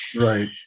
right